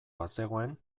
bazegoen